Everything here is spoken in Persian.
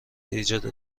ایجاد